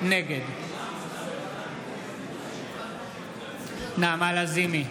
נגד נעמה לזימי,